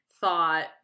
thought